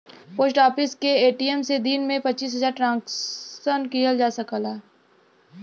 post office के ATM से दिन में पचीस हजार ट्रांसक्शन किहल जा सकला